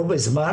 בו בזמן